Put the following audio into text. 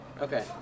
Okay